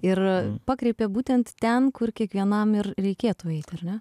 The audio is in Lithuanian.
ir pakreipė būtent ten kur kiekvienam ir reikėtų eiti ar ne